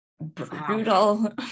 brutal